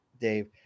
Dave